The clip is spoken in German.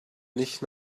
nicht